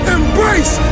Embrace